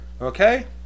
Okay